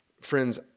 Friends